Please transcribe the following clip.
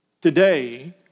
Today